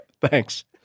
Thanks